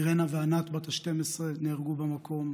אירנה וענת בת ה-12 נהרגו במקום.